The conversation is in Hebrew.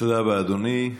תודה רבה, אדוני.